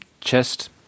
chest